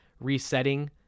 resetting